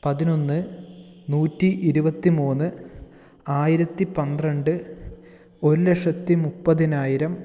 പതിനൊന്ന് നൂറ്റി ഇരുപത്തിമൂന്ന് ആയിരത്തി പന്ത്രണ്ട് ഒരുലക്ഷത്തി മുപ്പതിനായിരം